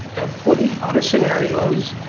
and for the other scenarios,